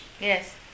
Yes